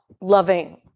loving